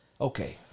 Okay